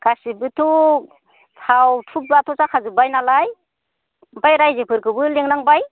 गासिबोथ' थाव धुपआथ' जाखाजोब्बाय नालाय ओमफाय रायजोफोरखौबो लिंनांबाय